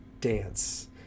dance